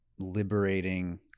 liberating